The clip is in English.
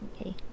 Okay